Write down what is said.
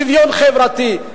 שוויון חברתי.